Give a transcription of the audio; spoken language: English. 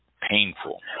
painful